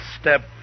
step